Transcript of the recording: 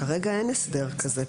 כרגע אין הסדר כזה.